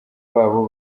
babo